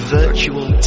virtual